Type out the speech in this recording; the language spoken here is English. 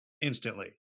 instantly